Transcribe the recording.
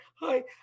hi